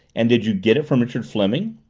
and did you get it from richard fleming?